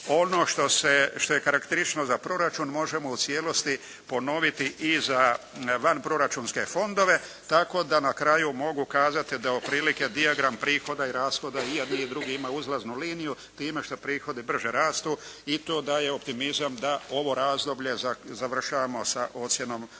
ono što je karakteristično za proračun možemo u cijelosti ponoviti i za vanproračunske fondove tako da na kraju mogu kazati da je otprilike dijagram prihoda i rashoda i jedni i drugi ima uzlaznu liniju time što prihodi brže rastu i to da je optimizam da ovo razdoblje završavamo sa ocjenom onu